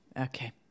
Okay